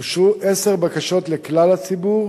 אושרו עשר בקשות לכלל הציבור,